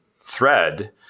thread